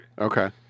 Okay